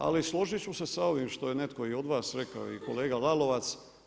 Ali složit ću se sa ovim što je netko i od vas rekao i kolega Lalovac.